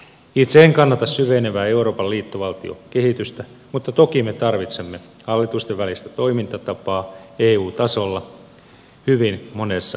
itse en kannata syvenevää euroopan liittovaltiokehitystä mutta toki me tarvitsemme hallitustenvälistä toimintatapaa eu tasolla hyvin monessa asiakokonaisuudessa